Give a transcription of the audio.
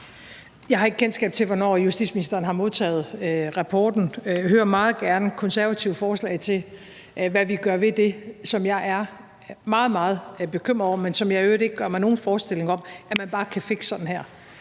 Jeg har ikke kendskab til, hvornår justitsministeren har modtaget rapporten. Jeg hører meget gerne konservative forslag om, hvad vi gør ved det, som jeg er meget, meget bekymret over, men som jeg i øvrigt ikke gør mig nogen forestilling om, at man bare kan fikse sådan her